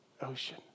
Ocean